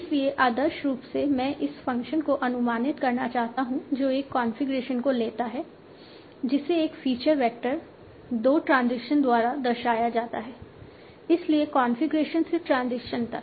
इसलिए आदर्श रूप से मैं उस फ़ंक्शन को अनुमानित करना चाहता हूं जो एक कॉन्फ़िगरेशन को लेता है जिसे एक फीचर वैक्टर दो ट्रांजिशन द्वारा दर्शाया जाता है इसलिए कॉन्फ़िगरेशन से ट्रांजिशन तक